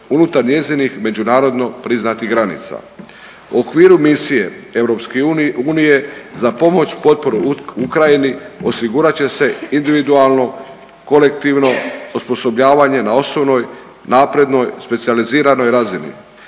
unutar njezinih međunarodno priznatih granica. U okviru misije EU za pomoć, potporu Ukrajini osigurat će se individualno, kolektivno osposobljavanje na osnovnoj, naprednoj, specijaliziranoj razini,